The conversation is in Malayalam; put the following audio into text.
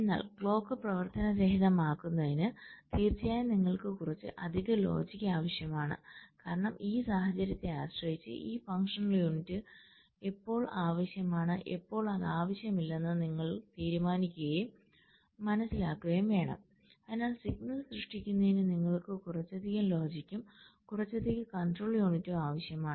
എന്നാൽ ക്ലോക്ക് പ്രവർത്തനരഹിതമാക്കുന്നതിന് തീർച്ചയായും നിങ്ങൾക്ക് കുറച്ച് അധിക ലോജിക് ആവശ്യമാണ് കാരണം ഈ സാഹചര്യത്തെ ആശ്രയിച്ച് ഈ ഫംഗ്ഷണൽ യൂണിറ്റ് എപ്പോൾ ആവശ്യമാണ് എപ്പോൾ അത് ആവശ്യമില്ലെന്ന് നിങ്ങൾ തീരുമാനിക്കുകയും മനസ്സിലാക്കുകയും വേണം അതിനാൽ സിഗ്നൽ സൃഷ്ടിക്കുന്നതിന് നിങ്ങൾക്ക് കുറച്ച് അധിക ലോജിക്കും കുറച്ച് അധിക കണ്ട്രോൾ യൂണിറ്റും ആവശ്യമാണ്